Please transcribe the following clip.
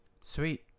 sweet